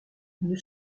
une